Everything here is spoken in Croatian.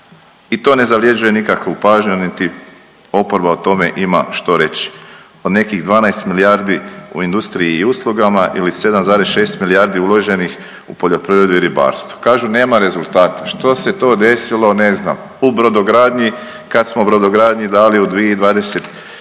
i to ne zavrjeđuje nikakvu pažnju, niti oporba o tome ima što reći, od nekih 12 milijardi u industriji i uslugama ili 7,6 milijardi uloženih u poljoprivredu i ribarstvo, kažu nema rezultata. Što se to desilo, ne znam. U brodogradnji kad smo brodogradnji dali u 2021.g.